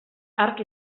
hark